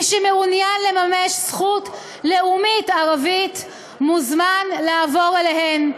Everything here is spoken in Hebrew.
מי שמעוניין לממש זכות לאומית ערבית מוזמן לעבור אליהן.